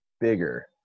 bigger